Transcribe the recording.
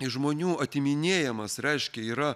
iš žmonių atiminėjimas reiškia yra